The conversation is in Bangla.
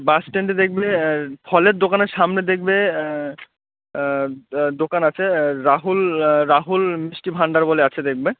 বাসস্ট্যান্ডে দেখবে ফলের দোকানের সামনে দেখবে দোকান আছে রাহুল রাহুল মিষ্টি ভাান্ডার বলে আছে দেখবে